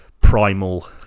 primal